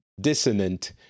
dissonant